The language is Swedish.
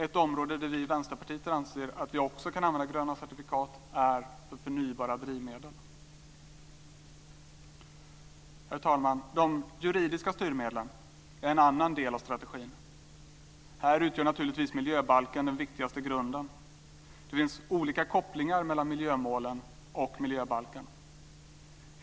Ett område där vi i Vänsterpartiet anser att vi också kan använda gröna certifikat är förnybara drivmedel. Herr talman! De juridiska styrmedlen är en annan del av strategin. Här utgör naturligtvis miljöbalken den viktigaste grunden. Det finns olika kopplingar mellan miljömålen och miljöbalken.